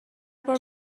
بار